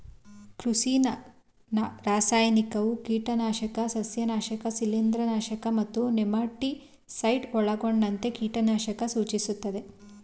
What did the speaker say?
ಕೃಷಿ ರಾಸಾಯನಿಕವು ಕೀಟನಾಶಕ ಸಸ್ಯನಾಶಕ ಶಿಲೀಂಧ್ರನಾಶಕ ಮತ್ತು ನೆಮಟಿಸೈಡ್ ಒಳಗೊಂಡಂತೆ ಕೀಟನಾಶಕ ಸೂಚಿಸ್ತದೆ